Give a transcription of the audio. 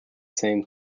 same